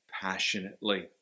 passionately